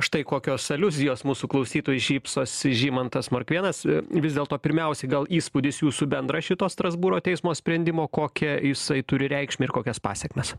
štai kokios aliuzijos mūsų klausytojui šypsosi žymantas morkvėnas vis dėlto pirmiausiai gal įspūdis jūsų bendrą šito strasbūro teismo sprendimo kokią jisai turi reikšmę ir kokias pasekmes